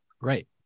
Right